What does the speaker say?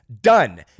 done